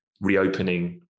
reopening